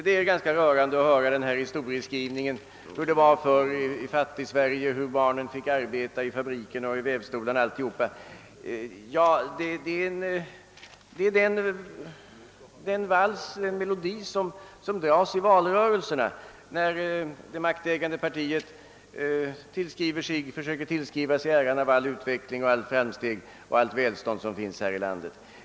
Det är ganska rörande att höra den här historieskrivningen om hur det var i Fattigsverige, hur barnen fick arbeta i fabrikerna och vävstolarna och allt detta. Det är den melodi som brukar dras i valrörelserna, när det maktägande partiet försöker tillskriva sig äran av all utveckling, alla framsteg och allt välstånd i vårt land.